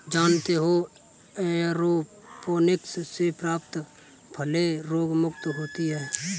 जानते हो एयरोपोनिक्स से प्राप्त फलें रोगमुक्त होती हैं